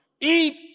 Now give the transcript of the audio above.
Eat